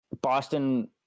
Boston